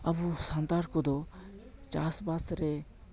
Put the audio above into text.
ᱟᱵᱚ ᱥᱟᱱᱛᱟᱲ ᱠᱚᱫᱚ ᱪᱟᱥ ᱵᱟᱥ ᱨᱮ